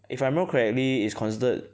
if I remember correctly is considered